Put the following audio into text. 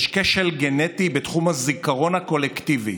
יש כשל גנטי בתחום הזיכרון הקולקטיבי,